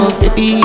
baby